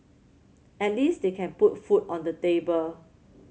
at least they can put food on the table